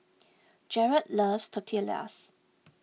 Gerald loves Tortillas